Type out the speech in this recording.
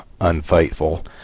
unfaithful